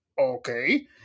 Okay